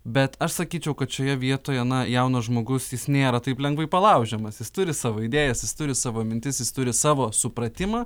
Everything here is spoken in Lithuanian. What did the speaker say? bet aš sakyčiau kad šioje vietoje na jaunas žmogus jis nėra taip lengvai palaužiamas jis turi savo idėjas jis turi savo mintis jis turi savo supratimą